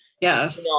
Yes